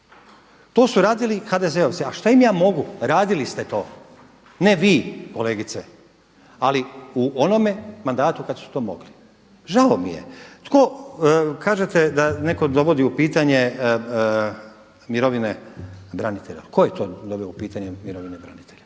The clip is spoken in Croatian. To su radili HDZ-ovci, a šta im ja mogu, radili ste to. Ne vi, kolegice, ali u onome mandatu kad su to mogli. Žao mi je. Tko, kažete da netko dovodi u pitanje mirovine branitelja, tko je to doveo u pitanje mirovine branitelja.